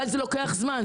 אבל זה לוקח זמן.